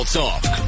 talk